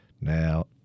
Now